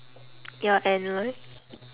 ya and like